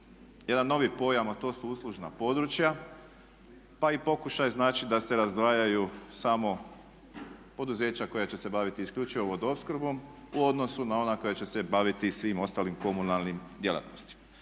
jedan novi pojam a to su uslužna područja, pa i pokušaj znači da se razdvajaju samo poduzeća koja će se baviti isključivo vodoopskrbom u odnosu na ona koja će se baviti svim ostalim komunalnim djelatnostima.